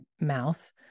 mouth